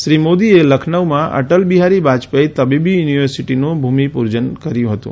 શ્રી મોદીએ લખનઉમાં અટલ બિહારી વાજપેયી તબીબી યુનિવર્સિટીનું ભુમિપૂજન કર્યું હતું